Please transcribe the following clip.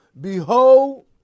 behold